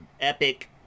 epic